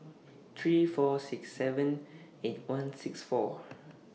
three four six seven eight one six four